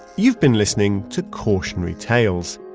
you've been listening to cautionary tales.